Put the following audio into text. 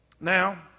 Now